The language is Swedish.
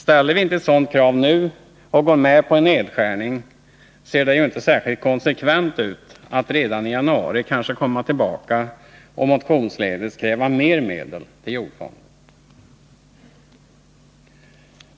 Ställer vi inte ett sådant krav nu och går med på en nedskärning, ser det ju inte särskilt konsekvent ut att redan i januari kanske komma tillbaka och motionsledes kräva mera medel till jordfonden.